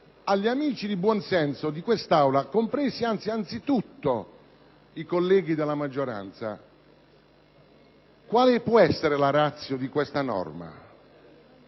agli amici di buon senso di quest'Aula, innanzi tutto ai colleghi della maggioranza: quale può essere la *ratio* di questa norma?